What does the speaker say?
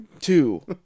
two